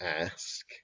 ask